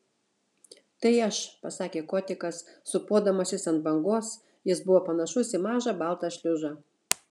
tai aš pasakė kotikas sūpuodamasis ant bangos jis buvo panašus į mažą baltą šliužą